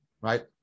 right